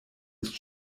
ist